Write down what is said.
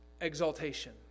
Exaltation